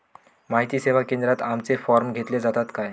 माहिती सेवा केंद्रात आमचे फॉर्म घेतले जातात काय?